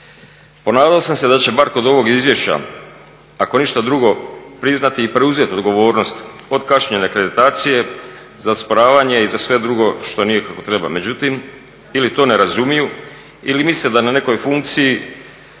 Ponadao sam se da će bar kod ovog izvješća ako ništa drugo priznati i preuzeti odgovornost od kašnjenja akreditacije za osporavanje i za sve drugo što nije kako treba. Međutim, ili to ne razumiju ili misle da na nekoj funkciji